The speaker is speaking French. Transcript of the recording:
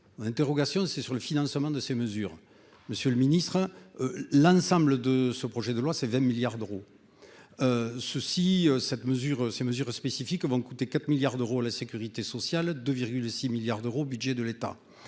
interrogation porte sur le financement de ces mesures. Monsieur le ministre, l'ensemble de ce projet de loi coûtera 20 milliards d'euros. Les mesures spécifiques de cet article vont coûter 4 milliards d'euros à la sécurité sociale et 2,6 milliards d'euros au budget de l'État.